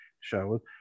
show